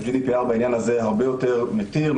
ה- GDPR בעניין הזה הרבה יותר מתיר,